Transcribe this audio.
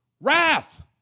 Wrath